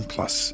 Plus